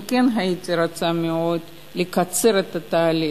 כן, הייתי רוצה מאוד לקצר את התהליך,